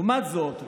לעומת זאת,